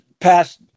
Passed